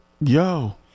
Yo